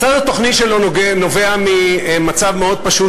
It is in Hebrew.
הצד התוכני שלו נובע ממצב מאוד פשוט